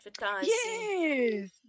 Yes